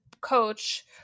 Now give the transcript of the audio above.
Coach